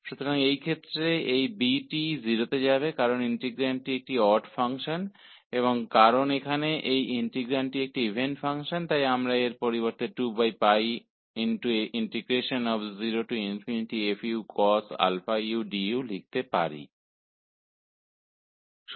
तो इस मामले में यह B 0 हो जाएगा इस के 0 हो जाएगा क्योंकि इंटीग्रैंड एक ओड फ़ंक्शन है और क्योंकि यहां यह इंटीग्रैंड एक इवन फ़ंक्शन है इसलिए हम इसे 2 0 f cos u du लिखने के बजाय ऐसा लिख सकते हैं